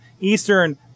Eastern